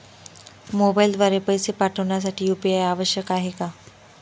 मोबाईलद्वारे पैसे पाठवण्यासाठी यू.पी.आय आवश्यक आहे का?